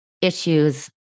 issues